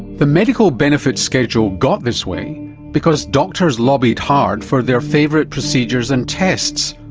the medical benefits schedule got this way because doctors lobbied hard for their favourite procedures and tests,